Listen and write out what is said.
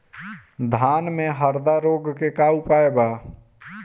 धान में हरदा रोग के का उपाय बा?